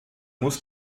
muss